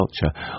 culture